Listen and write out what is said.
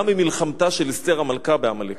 גם ממלחמתה של אסתר המלכה בעמלק.